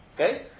Okay